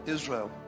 Israel